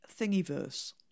Thingiverse